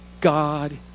God